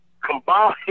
combine